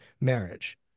marriage